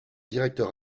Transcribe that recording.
directeur